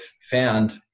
found